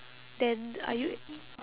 then are you a~